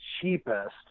cheapest